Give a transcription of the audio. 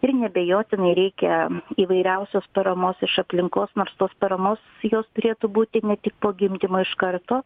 ir neabejotinai reikia įvairiausios paramos iš aplinkos nors tos paramos jos turėtų būti ne tik po gimdymo iš karto